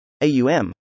AUM